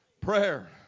Prayer